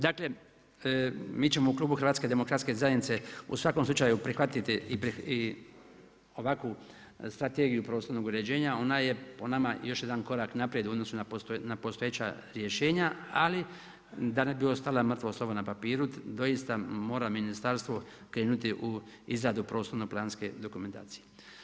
Dakle, mi ćemo u klubu HDZ-a u svakom slučaju prihvatiti i ovakvu Strategiju prostornog uređenja, ona je po nama još jedan korak naprijed u odnosu na postojeća rješenja ali da ne bi ostala mrtvo slovo na papiru doista mora ministarstvo krenuti u izradu prostorno planske dokumentacije.